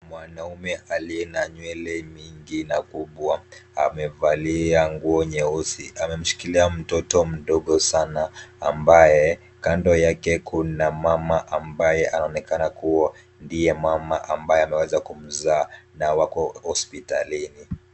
Mwanamme aliye na nywele mingi na kubwa, amevalia nguo nyeusi ,amemshikilia mtoto mdogo sana ambaye kando yake kuna mama ambaye anaonekana kuwa ndiye mama ambaye ameweza kumzaa, na wako hospitalini.